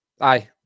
aye